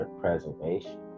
Preservation